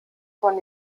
von